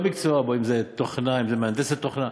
אותו מקצוע, אם תוכנה, אם מהנדסת תוכנה.